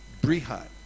Brihat